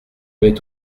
m’est